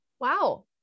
Wow